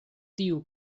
tiu